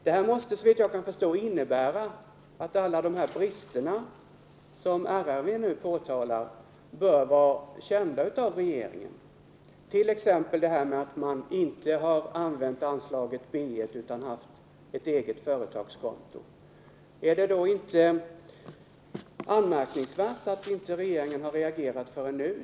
Det här måste, såvitt jag kan förstå, innebära att alla de brister som RRV nu påtalar bör vara kända för regeringen, t.ex. detta att man inte använt anslaget B 1 utan haft ett eget företagskonto. Är det inte anmärkningsvärt att inte regeringen har reagerat förrän nu?